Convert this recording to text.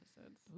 episodes